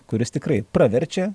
kuris tikrai praverčia